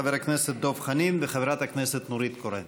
חבר הכנסת דב חנין וחברת הכנסת נורית קורן.